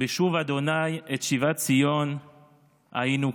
בשוב ה' את שיבת ציון היינו כחלמים".